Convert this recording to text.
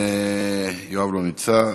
יואב, לא נמצא.